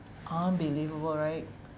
unbelievable right